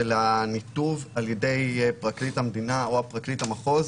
ניתוב על ידי פרקליט המדינה או פרקליט המחוז.